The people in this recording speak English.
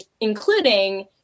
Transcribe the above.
including